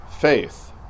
faith